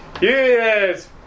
Yes